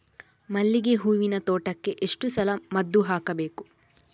ಮಲ್ಲಿಗೆ ಹೂವಿನ ತೋಟಕ್ಕೆ ಎಷ್ಟು ಸಲ ಮದ್ದು ಹಾಕಬೇಕು?